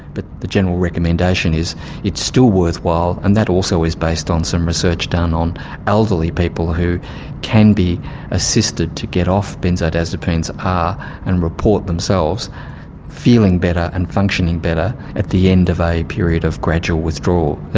but the general recommendation is it's still worthwhile, and that also is based on some research done on elderly people who can be assisted to get off benzodiazepines are and report themselves feeling better and functioning better at the end of a period of gradual withdrawal.